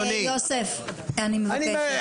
סליחה, יוסף, אני מבקשת.